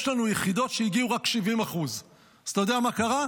יש לנו יחידות שהגיעו רק 70%. אז אתה יודע מה קרה?